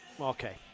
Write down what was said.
okay